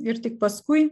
ir tik paskui